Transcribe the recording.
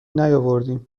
نیاوردیم